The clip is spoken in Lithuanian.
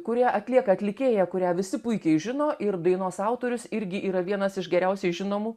kurią atlieka atlikėja kurią visi puikiai žino ir dainos autorius irgi yra vienas iš geriausiai žinomų